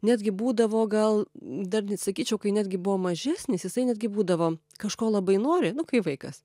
netgi būdavo gal dar nit sakyčiau kai netgi buvo mažesnis jisai netgi būdavo kažko labai nori nu kai vaikas